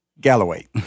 Galloway